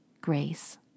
grace